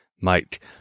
Mike